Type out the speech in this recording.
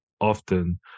often